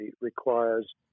requires